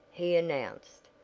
he announced,